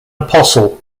apostle